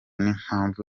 n’impamvu